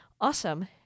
awesome